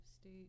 state